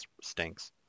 stinks